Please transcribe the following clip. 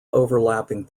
overlapping